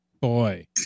Boy